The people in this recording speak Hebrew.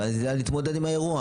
ואז נדע להתמודד עם האירוע.